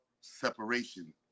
Separation